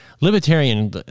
Libertarian